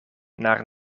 naar